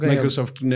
Microsoft